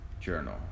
journal